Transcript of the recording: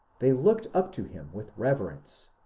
they looked up to him with reverence,